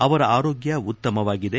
ಅವರ ಆರೋಗ್ಲ ಉತ್ತಮವಾಗಿದೆ